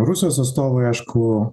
rusijos atstovai aišku